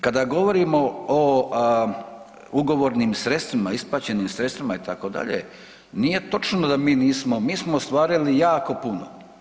Kada govorimo o ugovornim sredstvima, isplaćenim sredstvima itd., nije točno da mi nismo, mi smo ostvarili jako puno.